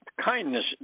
kindness